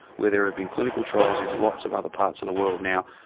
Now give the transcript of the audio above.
where there have been clinical trials in lots of other parts of the world. now,